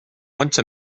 once